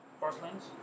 porcelains